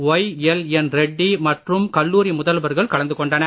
Y L N Reddy மற்றும் கல்லூரி முதல்வர்கள் கலந்து கொண்டனர்